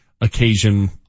occasion